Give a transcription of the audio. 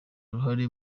uruhare